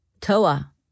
Toa